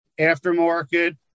aftermarket